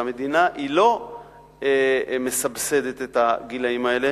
כשהמדינה לא מסבסדת את הגילאים האלה,